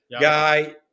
guy